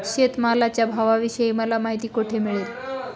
शेतमालाच्या भावाविषयी मला माहिती कोठे मिळेल?